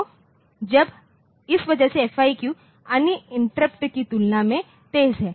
तो इस वजह से FIQ अन्य इंटरप्ट की तुलना में तेज है